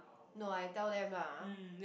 no I tell them lah